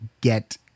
get